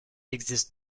existe